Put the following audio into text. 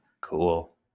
Cool